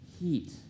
heat